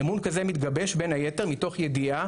אמון כזה מתגבש בין היתר מתוך ידיעה